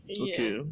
Okay